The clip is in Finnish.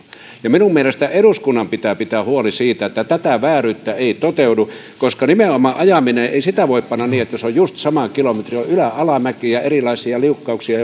minun mielestäni eduskunnan pitää pitää huoli siitä että tämä vääryys ei toteudu koska nimenomaan ajamista ei voi panna niin että on just sama kilometri on ylä ja alamäkiä erilaisia liukkauksia